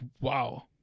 wow